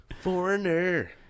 Foreigner